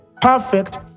perfect